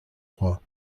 trois